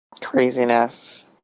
Craziness